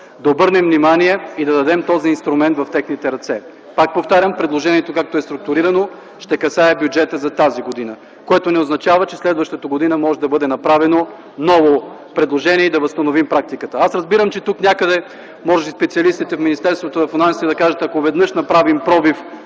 да обърнем внимание и да дадем този инструмент в техните ръце. Пак повтарям: предложението, както е структурирано, ще касае бюджета за тази година. Което не означава, че следващата година може да бъде направено ново предложение и да възстановим практиката. Аз разбирам, че тук някъде, може би специалистите от Министерството на финансите да кажат: ако веднъж направим пробив,